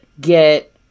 get